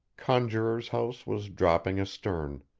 conjuror's house was dropping astern.